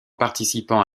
participant